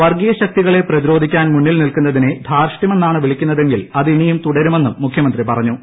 വർഗ്ഗീയ ശക്തികളെ പ്രതിരോധിക്കാൻ മുന്നിൽ നിൽക്കുന്നതിനെ ധാർഷ്ട്യമെന്നാണ് വിളിക്കുന്നതെങ്കിൽ അത് ഇനിയും തുടരുമെന്നും മുഖ്യമന്ത്രി പറഞ്ഞു